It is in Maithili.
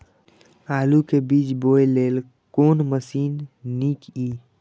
आलु के बीज बोय लेल कोन मशीन नीक ईय?